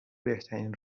بهترین